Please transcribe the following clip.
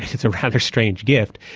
it's a rather strange gift.